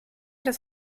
das